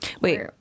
Wait